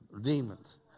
demons